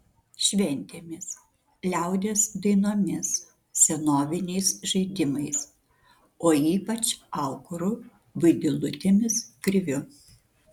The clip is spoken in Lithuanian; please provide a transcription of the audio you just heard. šventėmis liaudies dainomis senoviniais žaidimais o ypač aukuru vaidilutėmis kriviu